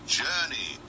journey